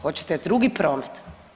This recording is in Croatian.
Hoćete drugi promet?